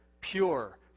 pure